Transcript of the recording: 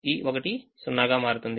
ఈ 1 0 గా మారుతుంది